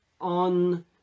on